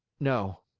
no,